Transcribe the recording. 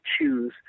choose